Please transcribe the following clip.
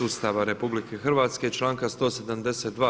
Ustava RH i članka 172.